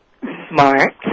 Smart